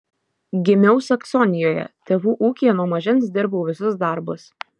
gimiau saksonijoje tėvų ūkyje nuo mažens dirbau visus darbus